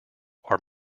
are